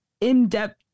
in-depth